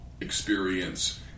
experience